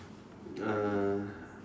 uh